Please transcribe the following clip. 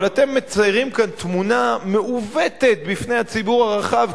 אבל אתם מציירים כאן תמונה מעוותת בפני הציבור הרחב,